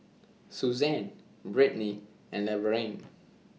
Suzann Brittny and Laverne